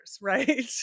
right